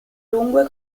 lungo